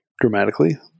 dramatically